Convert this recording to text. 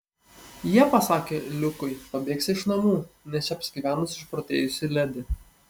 jie pasakė liukui pabėgsią iš namų nes čia apsigyvenusi išprotėjusi ledi